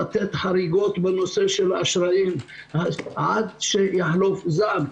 לתת חריגות בנושא האשראים עד שיחלוף זעם.